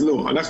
אז לא,